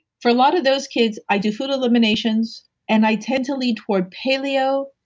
for a lot of those kids i do food eliminations and i tend to lean toward paleo,